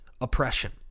oppression